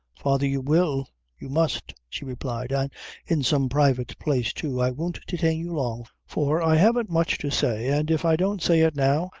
father, you will you must, she replied and in some private place too. i won't detain you long, for i haven't much to say, and if i don't say it now,